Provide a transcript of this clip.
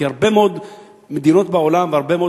כי הרבה מאוד מדינות בעולם והרבה מאוד